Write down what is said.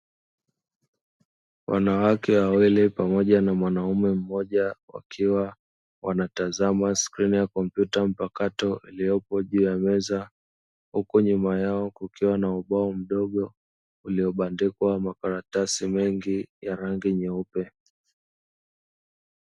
Wanawake wawili pamoja na mwanamume mmoja akiwa wanatazama skrini ya kompyuta mpakato iliyopo juu ya meza, huku nyuma yao kukiwa na ubao mdogo uliobandikwa makaratasi mengi ya rangi nyeupe.